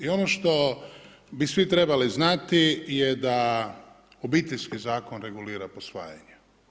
I ono što bi svi trebali znati je da Obiteljski zakon regulira posvajanje.